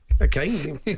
okay